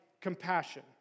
compassion